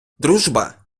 дружба